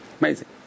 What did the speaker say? amazing